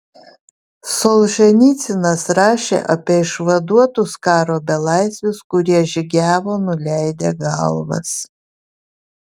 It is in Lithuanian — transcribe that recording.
solženicynas rašė apie išvaduotus karo belaisvius kurie žygiavo nuleidę galvas